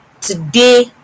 today